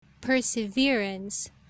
perseverance